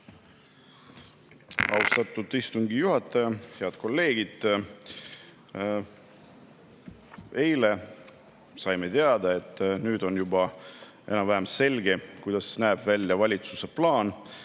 Austatud istungi juhataja! Head kolleegid! Eile saime teada, et nüüd on juba enam-vähem selge, kuidas näeb välja valitsuse plaan